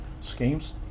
schemes